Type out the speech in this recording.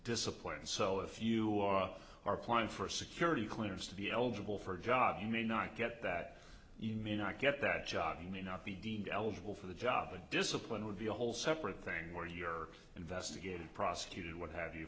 discipline so if you are are applying for a security clearance to be eligible for a job you may not get that you may not get that job you may not be deemed eligible for the job and discipline would be a whole separate thing where you're investigated prosecuted what have you